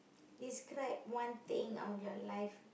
describe one thing on your life